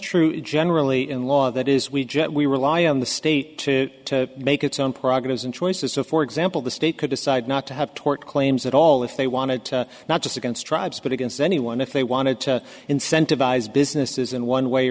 true generally in law that is we just we rely on the state to make its own progress and choices so for example the state could decide not to have tort claims at all if they wanted to not just against tribes but against anyone if they wanted to incentivize businesses in one way